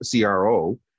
CRO